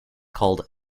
called